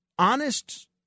Honest